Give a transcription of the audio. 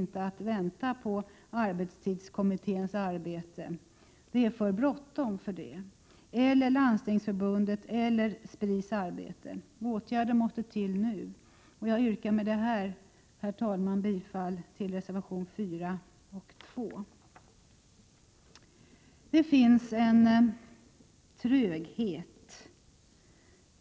vänta på resultatet av arbetstidskommitténs eller Landstingsförbundets eller Spris arbete, för nu är det bråttom. Åtgärder måste till nu. Med detta yrkar jag, herr talman, bifall till reservationerna 2 och 4. Det finns en tröghet